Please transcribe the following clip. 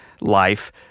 life